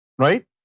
Right